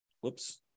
whoops